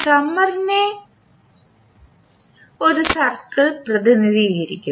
സമ്മർനെ ഒരു സർക്കിൾ പ്രതിനിധീകരിക്കുന്നു